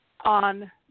on